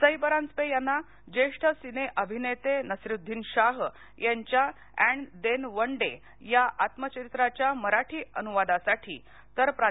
सई परांजपे यांना ज्येष्ठ सिनेअभिनेते नसीरूद्दीन शाह यांच्या अँड देन वन डे या आत्मचरित्राच्या मराठी अनुवादासाठी तर प्रा